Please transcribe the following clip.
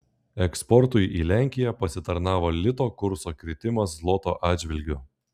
eksportui į lenkiją pasitarnavo lito kurso kritimas zloto atžvilgiu